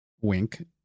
Wink